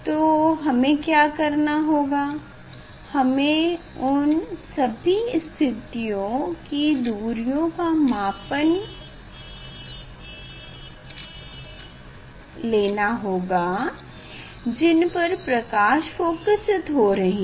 तो हमें क्या करना होगा हमें उन स्थितियों की दूरियों को मापना होगा जिन पर प्रकाश फोकसीत हो रही हो